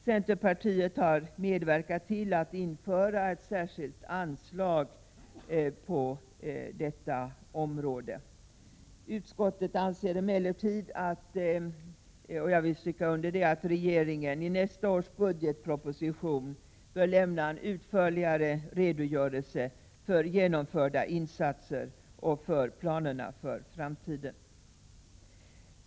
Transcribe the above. Centerpartiet har medverkat till att införa ett särskilt anslag på detta område. Utskottet anser emellertid — och det vill jag understryka — att regeringen i nästa års budgetproposition bör lämna en utförligare redogörelse för genomförda insatser och planerna för framtiden.